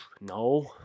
No